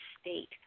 state